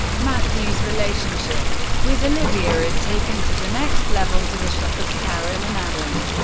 matthew's relationship with olivia is taken to the next level, to the shock of karen and adam.